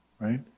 right